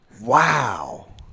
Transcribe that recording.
Wow